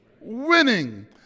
Winning